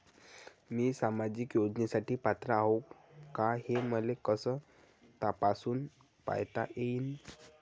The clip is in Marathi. मी सामाजिक योजनेसाठी पात्र आहो का, हे मले कस तपासून पायता येईन?